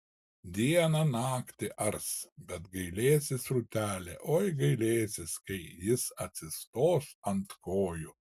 dieną naktį ars bet gailėsis rūtelė oi gailėsis kai jis atsistos ant kojų